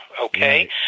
Okay